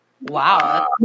Wow